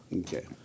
Okay